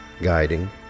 guiding